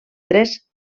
tres